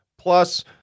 Plus